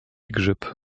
grzyb